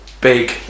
Big